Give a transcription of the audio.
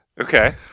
Okay